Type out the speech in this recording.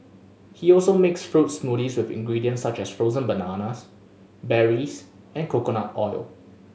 he also makes fruit smoothies with ingredients such as frozen bananas berries and coconut oil